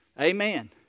Amen